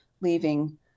leaving